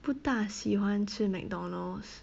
不大喜欢吃 McDonald's